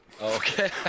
okay